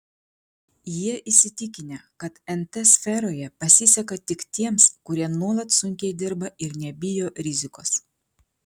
jie įsitikinę kad nt sferoje pasiseka tik tiems kurie nuolat sunkiai dirba ir nebijo rizikos